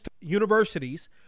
universities